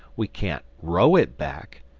we can't row it back.